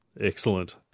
Excellent